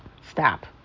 stop